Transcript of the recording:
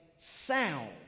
Sound